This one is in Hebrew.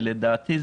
ולדעתי,